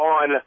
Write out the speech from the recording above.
on